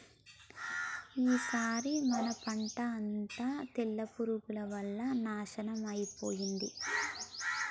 ఈసారి మన పంట అంతా తెల్ల పురుగుల వల్ల నాశనం అయిపోయింది